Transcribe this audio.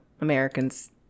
Americans